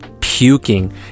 puking